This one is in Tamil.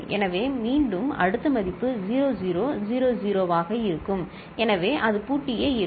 எனவே மீண்டும் அடுத்த மதிப்பு 0 0 0 0 ஆக இருக்கும் எனவே அது பூட்டியே இருக்கும்